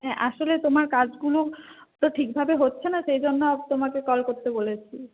হ্যাঁ আসলে তোমার কাজগুলো তো ঠিকভাবে হচ্ছে না সেই জন্য তোমাকে কল করতে বলেছি